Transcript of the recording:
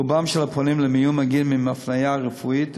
רובם של הפונים למיון מגיעים עם הפניה רפואית,